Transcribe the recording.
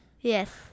Yes